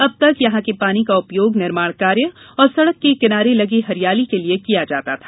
अब तक यहां के पानी का उपयोग निर्माण कार्य और सड़क के किनारे लगी हरियाली के लिए किया जाता था